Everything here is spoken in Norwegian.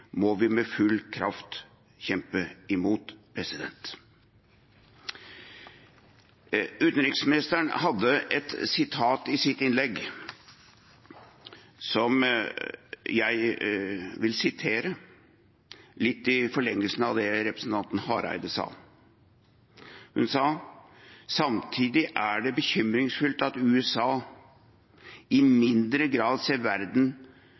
må vi med full kraft kjempe imot. Utenriksministeren hadde i sitt innlegg et utsagn som jeg vil sitere, litt i forlengelsen av det representanten Hareide sa. Hun sa: «Samtidig er det bekymringsfullt at USA i mindre grad